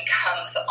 comes